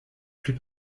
plus